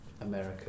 America